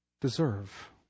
deserve